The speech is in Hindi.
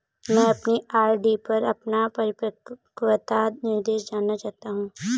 मैं अपनी आर.डी पर अपना परिपक्वता निर्देश जानना चाहता हूँ